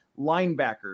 linebackers